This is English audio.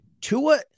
Tua